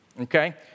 okay